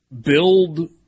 build